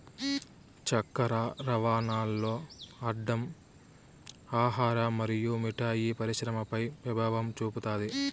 చక్కర రవాణాల్ల అడ్డం ఆహార మరియు మిఠాయి పరిశ్రమపై పెభావం చూపుతాది